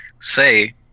say